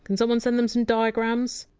and someone send them some diagrams.